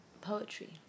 poetry